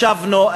ישבנו,